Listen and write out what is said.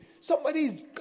Somebody's